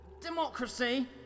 democracy